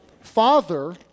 Father